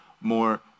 more